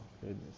goodness